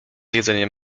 jedzeniem